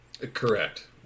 Correct